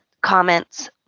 comments